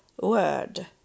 word